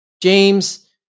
James